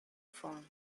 form